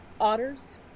otters